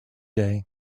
day